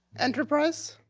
enterprise.